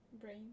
brain